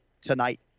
tonight